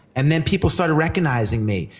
and then people started recognizing me,